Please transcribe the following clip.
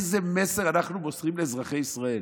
איזה מסר אנחנו מוסרים לאזרחי ישראל.